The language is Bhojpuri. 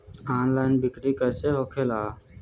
ऑनलाइन बिक्री कैसे होखेला?